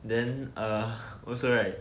then err also right